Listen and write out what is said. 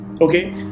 okay